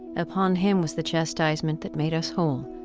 upon him was the chastisement that made us whole,